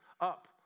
up